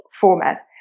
format